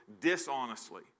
dishonestly